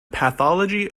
pathology